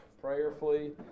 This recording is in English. Prayerfully